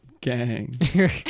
Gang